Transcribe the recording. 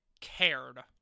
cared